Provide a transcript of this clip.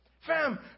Fam